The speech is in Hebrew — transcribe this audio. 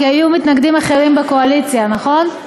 כי היו מתנגדים אחרים בקואליציה, נכון?